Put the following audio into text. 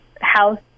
house